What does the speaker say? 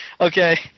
okay